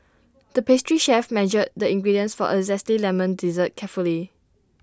the pastry chef measured the ingredients for A Zesty Lemon Dessert carefully